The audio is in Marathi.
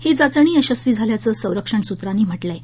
ही चाचणी यशस्वी ठरल्याचं संरक्षण सूत्रांनी म्हटलं आहे